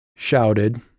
shouted